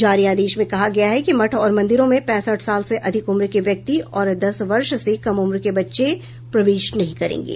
जारी आदेश में कहा गया है कि मठ और मंदिरों में पैंसठ साल से अधिक उम्र के व्यक्ति और दस वर्ष से कम उम्र के बच्चे प्रवेश नहीं करेंगे